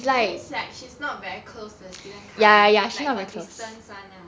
that means it's like she's not very close to the students kind like got distance [one]